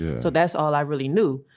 so that's all i really knew.